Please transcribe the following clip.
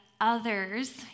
others